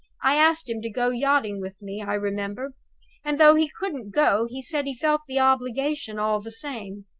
i asked him to go yachting with me, i remember and, though he couldn't go, he said he felt the obligation all the same.